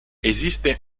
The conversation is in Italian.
esiste